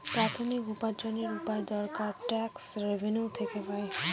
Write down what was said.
প্রাথমিক উপার্জনের উপায় সরকার ট্যাক্স রেভেনিউ থেকে পাই